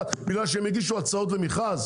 בגלל שהם הגישו ומכרז?